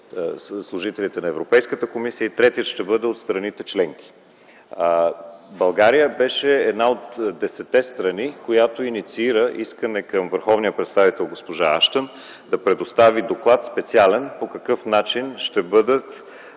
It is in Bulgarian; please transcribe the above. служителите на Европейската комисия и третият ще бъде от страните членки. България беше една от десетте страни, която инициира искане към върховния представител госпожа Аштън да предостави специален доклад по какъв начин ще бъде